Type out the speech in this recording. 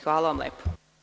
Hvala vam lepo.